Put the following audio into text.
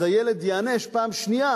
אז הילד ייענש פעם שנייה